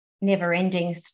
never-ending